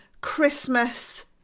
Christmas